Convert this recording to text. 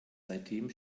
seitdem